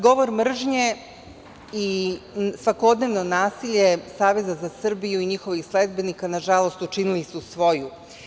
Govor mržnje i svakodnevno nasilje Saveza za Srbiju i njihovih sledbenika, nažalost, učinili su svoje.